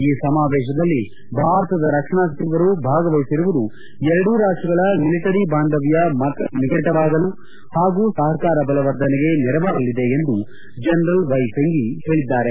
ಈ ಸಮಾವೇಶದಲ್ಲಿ ಭಾರತದ ರಕ್ಷಣಾ ಸಚಿವರು ಭಾಗವಹಿಸಿರುವುದು ಎರಡೂ ರಾಷ್ಷಗಳ ಮಿಲಿಟರಿ ಬಾಂಧವ್ಯ ಮತ್ತಪ್ಪು ನಿಕಟವಾಗಲು ಹಾಗೂ ಸಹಕಾರ ಬಲವರ್ಧನೆಗೆ ನೆರವಾಗಲಿದೆ ಎಂದು ಜನರಲ್ ವೈ ಫೆಂಗಿ ಹೇಳಿದ್ದಾರೆ